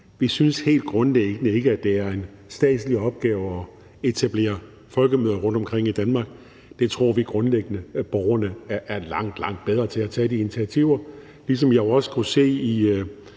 Vi synes helt grundlæggende ikke, at det er en statslig opgave at etablere folkemøder rundtomkring i Danmark. Der tror vi grundlæggende, at borgerne er langt, langt bedre til at tage de initiativer, ligesom jeg jo også kunne se i